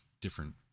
different